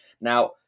Now